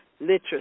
literacy